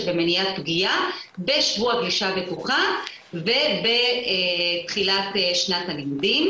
במניעת פגיעה בשבוע גלישה בטוחה בתחילת שנת הלימודים.